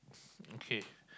okay